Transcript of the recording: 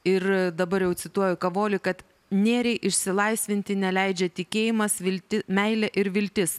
ir dabar jau cituoju kavolį kad nėriai išsilaisvinti neleidžia tikėjimas viltis meilė ir viltis